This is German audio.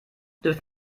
dürfen